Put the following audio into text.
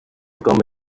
come